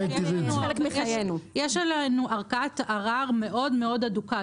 יש לנו ערכאת ערר מאוד-מאוד הדוקה.